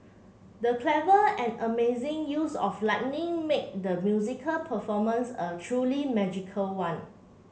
the clever and amazing use of lighting made the musical performance a truly magical one